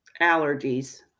allergies